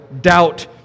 doubt